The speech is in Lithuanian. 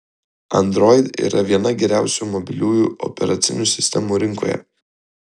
android yra viena geriausių mobiliųjų operacinių sistemų rinkoje